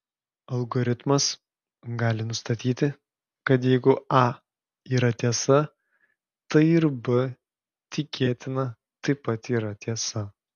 algoritmas gali nustatyti kad jeigu a yra tiesa tai ir b tikėtina taip pat yra tiesa